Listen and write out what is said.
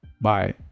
Bye